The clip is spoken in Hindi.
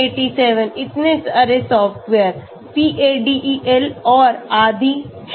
787 इतने सारे सॉफ्टवेअर PaDEL और आदि हैं